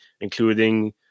including